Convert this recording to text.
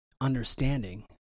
understanding